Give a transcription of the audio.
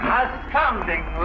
astounding